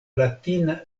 latina